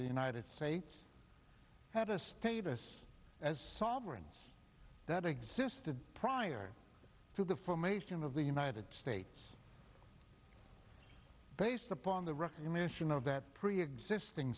the united states had a status as sovereigns that existed prior to the formation of the united states based upon the recognition of that preexisting